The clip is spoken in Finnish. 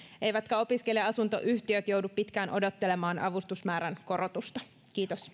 eivätkä opiskelija asuntoyhtiöt joudu pitkään odottelemaan avustusmäärän korotusta kiitos